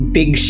big